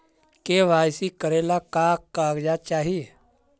KYC करे ला का का कागजात चाही?